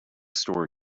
store